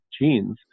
genes